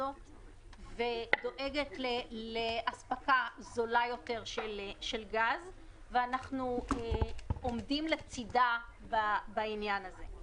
הזאת ודואגת להספקה זולה יותר של גז ואנחנו עומדים לצדה בעניין הזה.